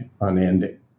unending